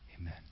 Amen